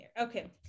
Okay